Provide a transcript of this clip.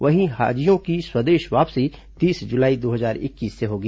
वहीं हाजियों की स्वदेश वापसी तीस जुलाई दो हजार इक्कीस से होगी